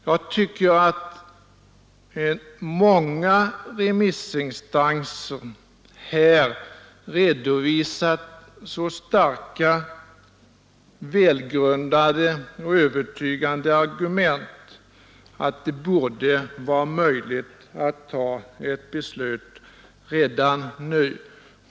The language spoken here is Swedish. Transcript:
Jag tycker att många remissinstanser har redovisat så starka, välgrundade och övertygande argument att det borde vara möjligt att ta ett beslut redan nu.